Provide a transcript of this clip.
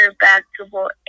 basketball